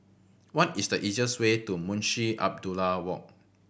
what is the easiest way to Munshi Abdullah Walk